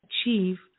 achieve